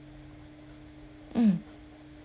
mm